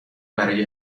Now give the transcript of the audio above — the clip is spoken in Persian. برای